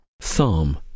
Psalm